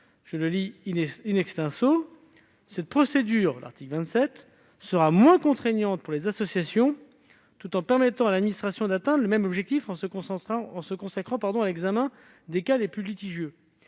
monde associatif :« Cette procédure sera moins contraignante pour les associations tout en permettant à l'administration d'atteindre le même objectif en se consacrant à l'examen des cas les plus litigieux.